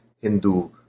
Hindu